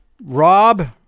Rob